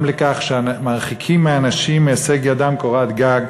זה גורם לכך שמרחיקים מאנשים מהישג ידם, קורת גג.